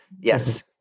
yes